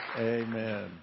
Amen